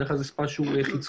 בדרך כלל זה ספא שהוא חיצוני,